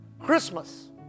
Christmas